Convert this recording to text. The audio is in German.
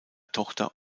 tochter